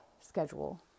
schedule